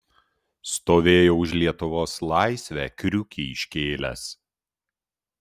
stovėjau už lietuvos laisvę kriukį iškėlęs